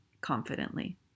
confidently